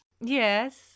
Yes